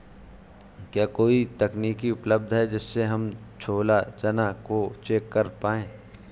क्या कोई तकनीक उपलब्ध है जिससे हम छोला चना को चेक कर पाए?